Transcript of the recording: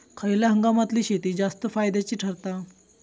खयल्या हंगामातली शेती जास्त फायद्याची ठरता?